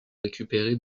récupérer